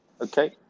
Okay